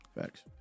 Facts